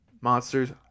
monsters